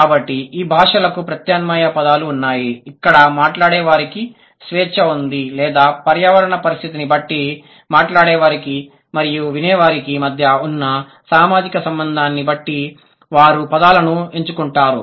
కాబట్టి ఈ భాషలకు ప్రత్యామ్నాయ పదాలు ఉన్నాయి ఇక్కడ మాట్లాడేవారికి స్వేచ్ఛ ఉంది లేదా పర్యావరణ పరిస్థితిని బట్టి మాట్లాడేవారికి మరియు వినేవారికి మధ్య ఉన్న సామాజిక సంబంధాన్ని బట్టి వారు పదాలను ఎంచుకుంటారు